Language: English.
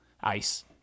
ICE